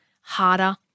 harder